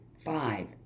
Five